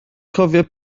cofio